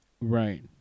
Right